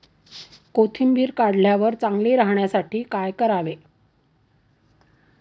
कोथिंबीर काढल्यावर चांगली राहण्यासाठी काय करावे?